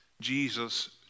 Jesus